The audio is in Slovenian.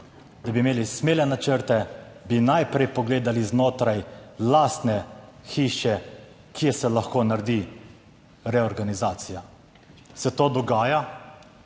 da bi imeli smele načrte, bi najprej pogledali znotraj lastne hiše, kje se lahko naredi reorganizacija. Se to dogaja?